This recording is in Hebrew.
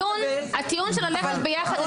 הטיעון של ללכת ביחד אני מבינה.